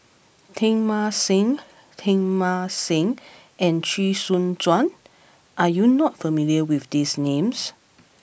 Teng Mah Seng Teng Mah Seng and Chee Soon Juan are you not familiar with these names